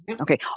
okay